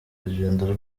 rugendo